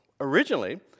originally